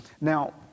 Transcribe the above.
Now